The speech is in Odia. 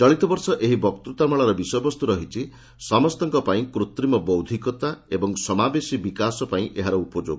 ଚଳିତବର୍ଷ ଏହି ବକ୍ତୃତାମାଳାର ବିଷୟବସ୍ତୁ ରହିଛି 'ସମସ୍ତଙ୍କ ପାଇଁ କୂତ୍ରିମ ବୌଦ୍ଧିକତା ଏବଂ ସମାବେଶୀ ବିକାଶ ପାଇଁ ଏହାର ଉପଯୋଗ